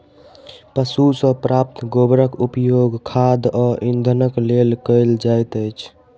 पशु सॅ प्राप्त गोबरक उपयोग खाद आ इंधनक लेल कयल जाइत छै